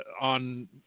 on